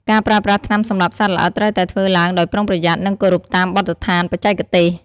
ការប្រើប្រាស់ថ្នាំសម្លាប់សត្វល្អិតត្រូវតែធ្វើឡើងដោយប្រុងប្រយ័ត្ន និងគោរពតាមបទដ្ឋានបច្ចេកទេស។